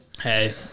Hey